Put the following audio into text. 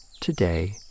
today